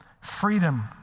Freedom